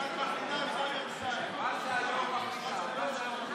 גברתי היושבת-ראש, חברי הכנסת, א.